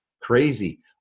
Crazy